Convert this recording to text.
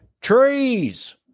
trees